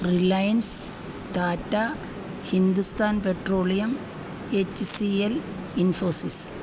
reliance Tata Hindustan petroleum H C L Infosys